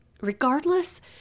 Regardless